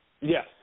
Yes